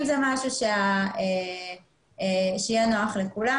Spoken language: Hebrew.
אם זה משהו שיהיה נוח לכולם,